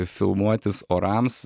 filmuotis orams